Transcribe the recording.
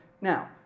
Now